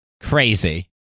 crazy